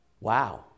Wow